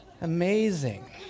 amazing